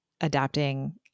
adapting